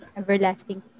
everlasting